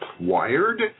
Wired